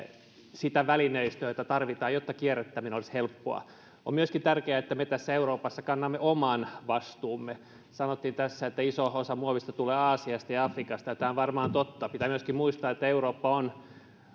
sitä välineistöä jota tarvitaan jotta kierrättäminen olisi helppoa on myöskin tärkeää että me euroopassa kannamme oman vastuumme tässä sanottiin että iso osa muovista tulee aasiasta ja afrikasta ja tämä on varmaan totta pitää myöskin muistaa että eurooppa on